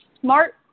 smart